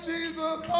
Jesus